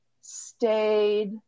stayed